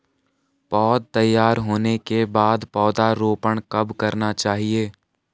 पौध तैयार होने के बाद पौधा रोपण कब करना चाहिए?